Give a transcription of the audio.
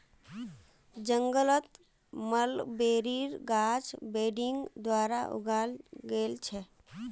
जंगलत मलबेरीर गाछ बडिंग द्वारा उगाल गेल छेक